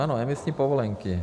Ano, emisní povolenky.